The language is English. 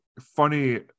funny